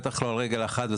בטח לא על רגל אחת,